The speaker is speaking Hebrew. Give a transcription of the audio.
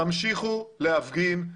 תמשיכו להפגין,